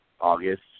August